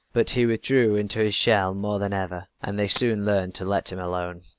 but he withdrew into his shell more than ever, and they soon learned to let him alone.